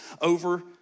over